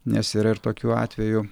nes yra ir tokiu atvejų